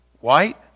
White